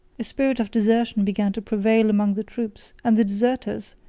a spirit of desertion began to prevail among the troops and the deserters,